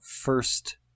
first